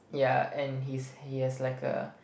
yeah and he's he has like a